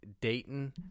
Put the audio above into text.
Dayton